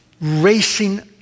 racing